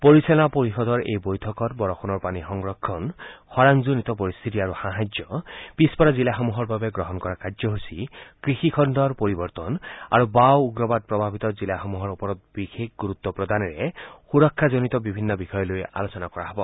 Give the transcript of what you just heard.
পৰিচালনা পৰিষদৰ এই বৈঠকত বৰষণৰ পানী সংৰক্ষণ খৰাংজনিত পৰিস্থিতি আৰু সাহায্য পিছপৰা জিলাসমূহৰ বাবে গ্ৰহণ কৰা কাৰ্যসুচী কৃষিখণ্ডৰ পৰিৱৰ্তন আৰু বাও উগ্ৰবাদ প্ৰভাৱিত জিলাসমূহৰ ওপৰত বিশেষ গুৰুত্ব প্ৰদানেৰে সুৰক্ষাজনিত বিভিন্ন বিষয় লৈ আলোচনা কৰা হ'ব